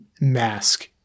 mask